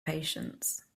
patience